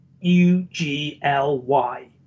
U-G-L-Y